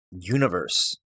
universe